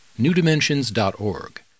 newdimensions.org